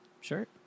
Sure